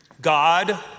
God